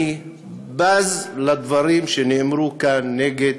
אני בז לדברים שנאמרו כאן נגד